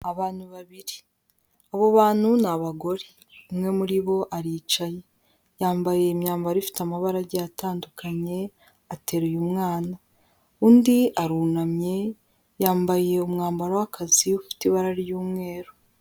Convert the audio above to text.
Abantu babiri, abo bantu ni abagore, umwe muri bo aricaye yambaye imyambaro ifite amabara agiye atandukanye ateruye umwana, undi arunamye yambaye umwambaro w'akazi ufite ibara ry'umweru.